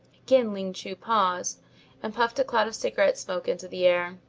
again ling chu paused and puffed a cloud of cigarette smoke into the air.